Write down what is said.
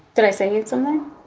did i say something?